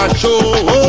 show